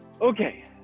okay